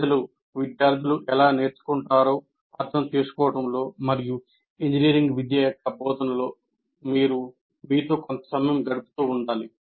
ప్రజలు ఎలా నేర్చుకుంటారో అర్థం చేసుకోవడంలో మరియు ఇంజనీరింగ్ విద్య యొక్క బోధనలో మీరు మీతో కొంత సమయం గడుపుతూ ఉండాలి